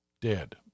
dead